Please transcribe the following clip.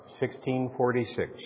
1646